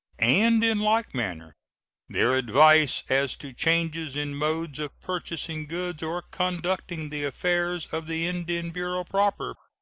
and in like manner their advice as to changes in modes of purchasing goods or conducting the affairs of the indian bureau proper.